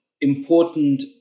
important